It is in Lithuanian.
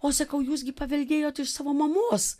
o sakau jūs gi paveldėjot iš savo mamos